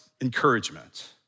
Encouragement